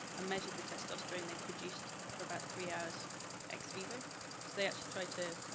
ah measured the testosterone they produced for about three hours ex vivo. so they actually tried to